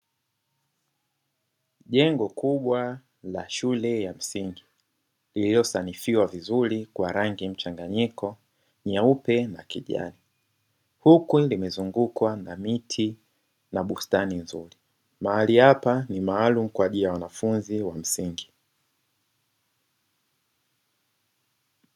Jengo kubwa la shule ya msingi lililosanifiwa vizuri kwa rangi mchanganyiko nyeupe na kijani ,huku limezungukwa na miti na bustani nzuri. Mahali hapa ni maalumu kwa ajili ya wanafunzi wa msingi.